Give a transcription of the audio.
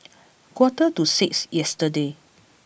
quarter to six yesterday